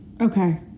okay